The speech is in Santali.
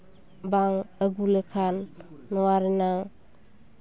ᱵᱟᱝ ᱟᱹᱜᱩ ᱞᱮᱠᱷᱟᱱ ᱱᱚᱣᱟ ᱨᱮᱱᱟᱜ